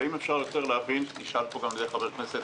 אם אפשר להבין, כי שאל פה גם חבר הכנסת